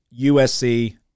USC